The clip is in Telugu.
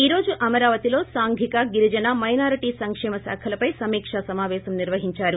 ఈ రోజు అమరావతిలో సాంఘిక గిరిజన మైనార్టీ సంకేమ శాఖలపై సమీక సమాపేశం నిర్వహించారు